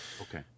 Okay